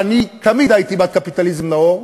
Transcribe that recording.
ואני תמיד הייתי בעד קפיטליזם נאור,